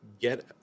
get